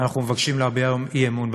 אנחנו מבקשים להביע היום אי-אמון בממשלה.